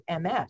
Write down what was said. MS